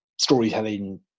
storytelling